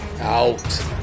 out